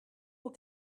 will